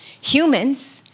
Humans